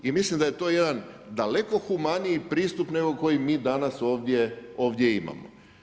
I mislim da je to jedan daleko humaniji pristup, nego kojeg mi danas ovdje imamo.